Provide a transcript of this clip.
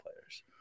players